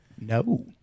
No